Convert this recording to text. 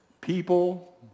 people